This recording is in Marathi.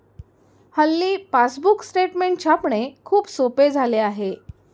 हल्ली पासबुक स्टेटमेंट छापणे खूप सोपे झाले आहे